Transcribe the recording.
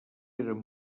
eren